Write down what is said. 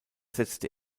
setzte